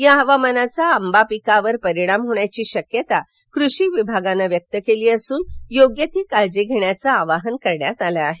या हवामानाचा आंबा पिकावर परिणाम होण्याची शक्यता कृषी विभागानं व्यक्त केली असून योग्य ती काळजी घेण्याचं आवाहन करण्यात आलं आहे